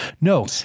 No